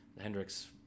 hendrix